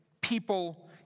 people